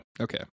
Okay